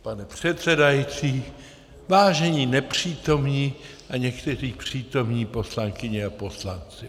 Pane předsedající, vážení nepřítomní a někteří přítomní poslankyně a poslanci.